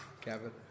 Kevin